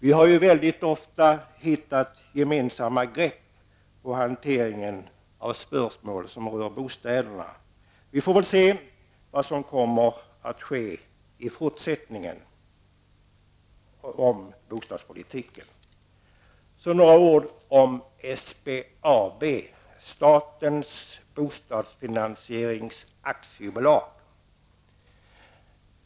Vi har ju väldigt ofta hittat gemensamma grepp på hanteringen av spörsmål som rör bostäderna. Vi får väl se vad som kommer att ske i fortsättningen på bostadspolitikens område. Jag vill även ta upp SBAB, statens bostadsfinansierings AB.